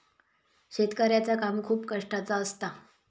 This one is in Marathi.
शेतकऱ्याचा काम खूप कष्टाचा असता